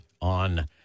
on